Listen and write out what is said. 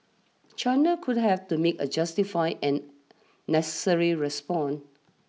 China would have to make a justified and necessary response